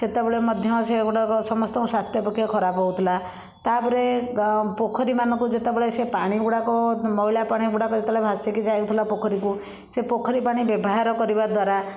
ସେତେବେଳେ ମଧ୍ୟ ସେ ଗୁଡ଼ାକ ସମସ୍ତଙ୍କ ସ୍ଵାସ୍ଥ୍ୟ ପକ୍ଷେ ଖରାପ ହେଉଥିଲା ତାପରେ ପୋଖରୀମାନଙ୍କୁ ଯେତେବେଳେ ସେ ପାଣି ଗୁଡ଼ାକ ମଇଳା ପାଣି ଗୁଡ଼ାକ ଯେତେବେଳେ ଭାସିକି ଯାଉଥିଲା ପୋଖରୀକୁ ସେ ପୋଖରୀ ପାଣି ବ୍ୟବହାର କରିବା ଦ୍ଵାରା